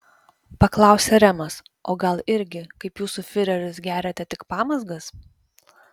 paklausė remas o gal irgi kaip jūsų fiureris geriate tik pamazgas